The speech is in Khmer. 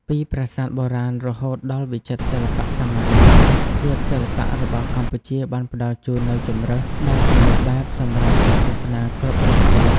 ពីប្រាសាទបុរាណរហូតដល់វិចិត្រសិល្បៈសម័យ ទេសភាពសិល្បៈរបស់កម្ពុជាបានផ្តល់ជូននូវជម្រើសដ៏សម្បូរបែបសម្រាប់អ្នកទស្សនាគ្រប់រសជាតិ។